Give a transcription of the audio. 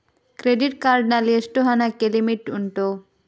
Credit card ನಲ್ಲಿ ಎಷ್ಟು ಹಣಕ್ಕೆ ಲಿಮಿಟ್ ಉಂಟು?